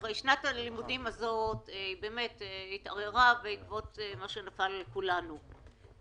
שנת הלימודים התערערה בעקבות מה שנפל על כולנו.